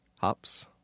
Hops